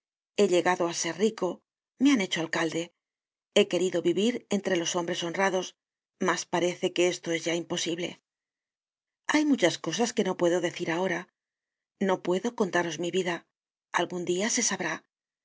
he llegado á ser rico me han hecho alcalde he querido vivir entre los hombres honrados mas parece que esto es ya imposible hay muchas cosas que no puedo decir content from google book search generated at ahora no puedo contaros mi vida algun dia se sabrá